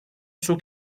sus